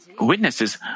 witnesses